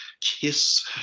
Kiss